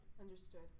understood